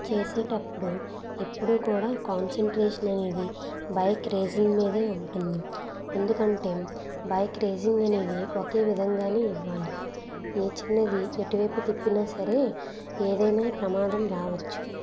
hello నేను మీ యాప్లో ఆర్డర్ ఇచ్చానండి ఆర్డర్ ఇచ్చిన తర్వాత యా హాప్లో దాదాపు ట్వంటీ మినిట్స్ అని ట సమయం చూపెడుతుంది సర్లే పదా ట్వంటీ మినిట్సే కదా అని చెప్పేసి ఆర్డర్ ఇచ్ఛా మన లొకేషన్కి ట్వంటీ మినిట్స్లో మీకు రీచ్ అవుతుందని చెప్పి ట్వంటీ మినిట్స్లో ఆర్డర్ ఇచ్చాను